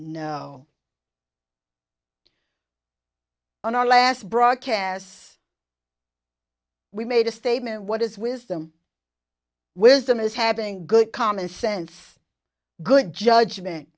know on our last broadcast we made a statement what is wisdom wisdom is having good common sense good judgment